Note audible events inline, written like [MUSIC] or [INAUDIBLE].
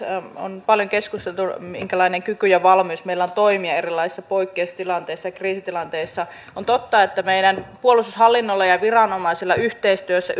on paljon keskusteltu siitä minkälainen kyky ja valmius meillä on toimia erilaisissa poikkeustilanteissa ja kriisitilanteissa on totta että meidän puolustushallinnolla ja viranomaisilla yhteistyössä [UNINTELLIGIBLE]